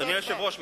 אדוני היושב-ראש,